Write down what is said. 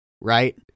right